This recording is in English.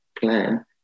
plan